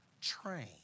train